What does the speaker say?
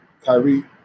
Kyrie